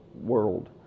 world